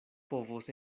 povos